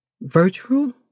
virtual